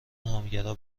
همگرا